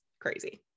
crazy